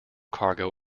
cargo